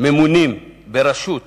ממונים בראשות